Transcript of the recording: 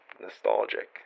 nostalgic